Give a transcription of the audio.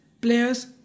players